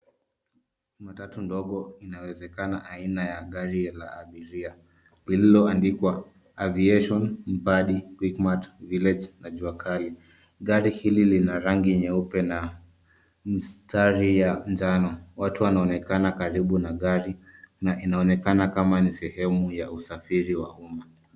Matatu ndogo inawezekana aina ya gari la abiria lililoandikwa: Aviation, Mbadi, QuickMart, Village na Juakali . Gari hili lina rangi nyeupe na mistari ya njano. Watu wanaonekana karibu na gari na inaonekana kama ni sehemu ya usafiri wa umma.